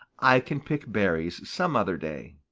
i can pick berries some other day.